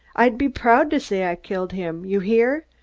i'd be proud to say i killed him! you hear?